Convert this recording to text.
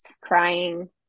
crying